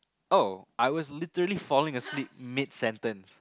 oh I was literally falling asleep mid sentence